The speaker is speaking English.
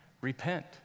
repent